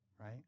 right